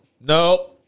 no